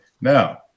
now